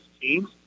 teams